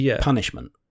punishment